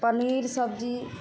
पनीर सब्जी